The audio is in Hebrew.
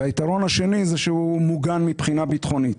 והיתרון השני, זה שהוא מוגן מבחינה ביטחונית.